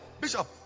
bishop